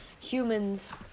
humans